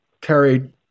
carried